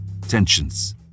Tensions